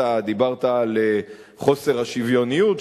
אתה דיברת על חוסר השוויוניות,